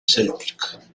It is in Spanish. celtic